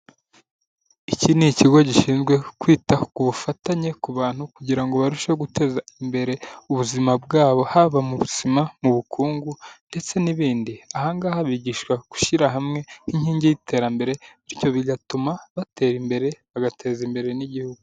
Iki ni ikigo gishinzwe kwita ku bufatanye ku bantu kugira ngo barusheho guteza imbere ubuzima bwabo, haba mu buzima, mu bukungu, ndetse n'ibindi. Ahangaha bigishwa gushyira hamwe inkingi y'iterambere, bityo bigatuma batera imbere, bagateza imbere n'igihugu.